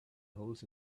holes